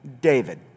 David